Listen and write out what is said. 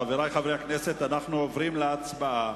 חברי חברי הכנסת, אנו עוברים להצבעה.